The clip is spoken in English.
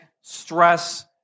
stress